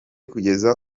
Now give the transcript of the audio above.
kugeza